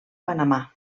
panamà